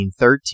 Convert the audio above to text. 1913